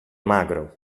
magro